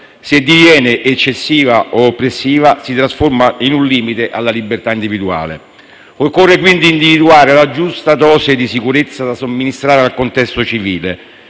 Se diviene eccessiva o oppressiva, si trasforma in un limite alla libertà individuale. Occorre quindi individuare la giusta dose di sicurezza da somministrare al contesto civile,